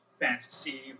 fantasy